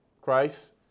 Christ